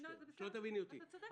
שלא תביני אותי לא נכון,